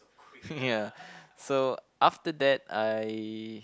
ya so after that I